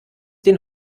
den